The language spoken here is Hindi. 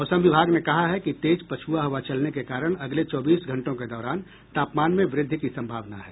मौसम विभाग ने कहा है कि तेज पछ्आ हवा चलने के कारण अगले चौबीस घंटों के दौरान तापमान में व्रद्धि की सम्भावना है